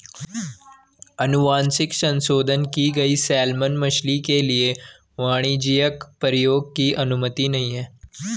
अनुवांशिक संशोधन की गई सैलमन मछली के लिए वाणिज्यिक प्रयोग की अनुमति नहीं है